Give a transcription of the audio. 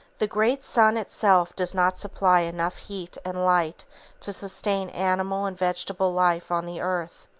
the great sun itself does not supply enough heat and light to sustain animal and vegetable life on the earth.